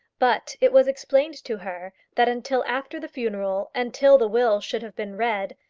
but it was explained to her that until after the funeral, and till the will should have been read,